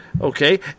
Okay